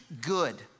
good